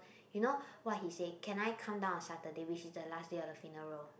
you know what he say can I come down on Saturday which is the last day of the funeral